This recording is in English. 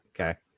Okay